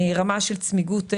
רמה של צמיגות מינימלית,